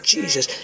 Jesus